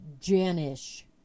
Jan-ish